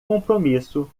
compromisso